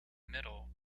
middle